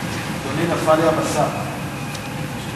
לפדויי שבי (תיקון מס' 3)